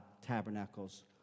tabernacles